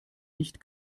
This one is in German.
nicht